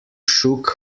shook